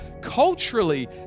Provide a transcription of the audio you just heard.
Culturally